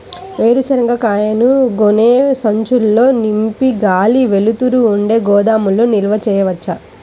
వేరుశనగ కాయలను గోనె సంచుల్లో నింపి గాలి, వెలుతురు ఉండే గోదాముల్లో నిల్వ ఉంచవచ్చా?